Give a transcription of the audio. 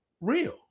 real